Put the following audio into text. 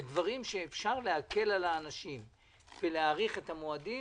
ודברים שאפשר להקל על האנשים ולהאריך את המועדים,